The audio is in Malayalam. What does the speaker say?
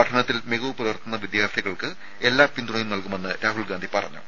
പഠനത്തിൽ മികവ് പുലർത്തുന്ന കുട്ടികൾക്ക് എല്ലാ പിന്തുണയും നൽകുമെന്ന് രാഹുൽ ഗാന്ധി പറഞ്ഞു